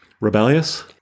rebellious